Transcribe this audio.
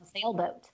sailboat